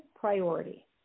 priority